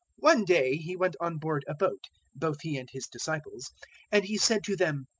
one day he went on board a boat both he and his disciples and he said to them,